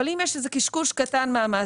אבל אם יש איזה שהוא קשקוש קטן מהמעסיק",